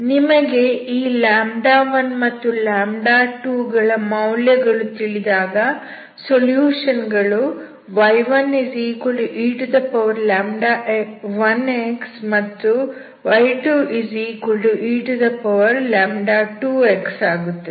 ನಿಮಗೆ ಈ 1 ಮತ್ತು 2 ಗಳ ಮೌಲ್ಯಗಳು ತಿಳಿದಾಗ ಸೊಲ್ಯೂಷನ್ ಗಳು y1e1x ಮತ್ತು y2e2x ಆಗುತ್ತವೆ